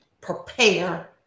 prepare